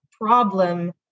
problem